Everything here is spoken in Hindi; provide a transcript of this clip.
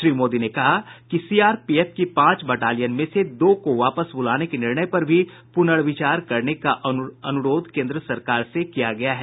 श्री मोदी ने कहा कि सीआरपीएफ की पांच बटालियन में से दो को वापस बुलाने के निर्णय पर भी पुनर्विचार करने का अनुरोध कोन्द्र सरकार से किया गया है